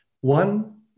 one